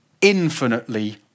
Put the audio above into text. infinitely